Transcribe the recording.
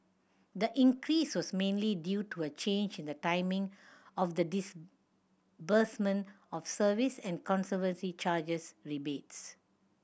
the increase was mainly due to a change in the timing of the disbursement of service and conservancy charges rebates